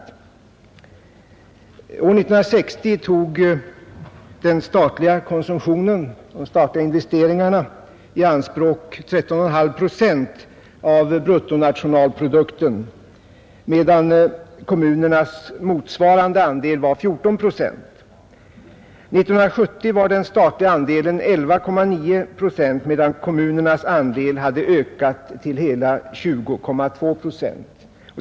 År 1960 tog den statliga konsumtionen, de statliga investeringarna, i anspråk 13,5 procent av bruttonationalprodukten medan kommunernas motsvarande andel var 14 procent. År 1970 var den statliga andelen 11,9 procent medan kommunernas andel hade ökat till hela 20,2 procent.